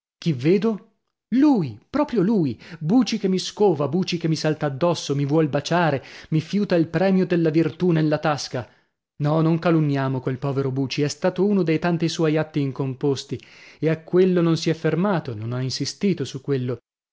chi vedo lui proprio lui buci che mi scova buci che mi salta addosso mi vuol baciare mi fiuta il premio della virtù nella tasca no non calunniamo quel povero buci è stato uno dei tanti suoi atti incomposti e a quello non si è fermato non ha insistito su quello